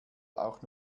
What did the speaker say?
auch